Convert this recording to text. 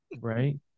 right